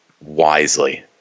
wisely